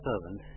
servant